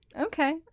Okay